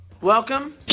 Welcome